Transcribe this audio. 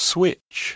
Switch